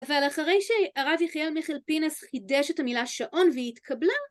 אבל אחרי שהרב יחיאל מיכל פינס חידש את המילה "שעון" והיא התקבלה...